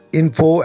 info